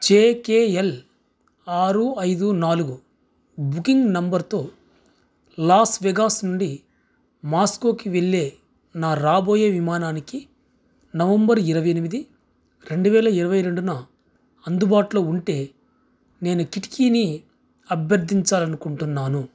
జే K L ఆరు ఐదు నాలుగు బుకింగ్ నంబర్తో లాస్ వెగాస్ నుండి మాస్కోకి వెళ్ళే నా రాబోయే విమానానికి నవంబర్ ఇరవై ఎనిమిది రెండు వేల ఇరవై రెండున అందుబాటులో ఉంటే నేను కిటికీని అభ్యర్థించాలి అనుకుంటున్నాను